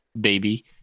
baby